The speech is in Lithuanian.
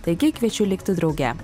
taigi kviečiu likti drauge